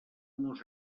nos